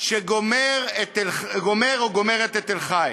שגומר או גומרת את תל-חי,